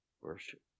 Worship